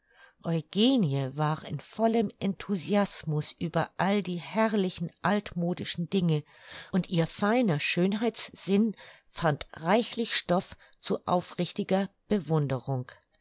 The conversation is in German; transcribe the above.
eugenie war in vollem enthusiasmus über all die herrlichen altmodischen dinge und ihr feiner schönheitssinn fand reichlich stoff zu aufrichtiger bewunderung